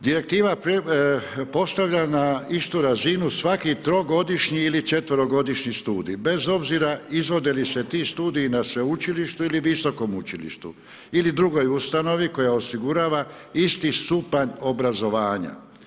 Direktiva postavlja na istu razinu svaki trogodišnji ili četverogodišnji studij bez obzira izvode li se ti studiji na sveučilištu ili visokom učilištu ili drugoj ustanovi koja osigurava isti stupanj obrazovanja.